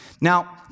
Now